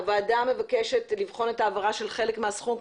הוועדה מבקשת לבחון את ההעברה של חלק מהסכום,